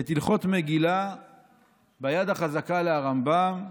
את הלכות מגילה ביד החזקה לרמב"ם.